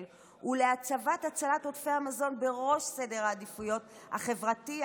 ולהצבת הצלת עודפי המזון בראש סדר העדיפויות החברתי,